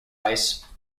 ice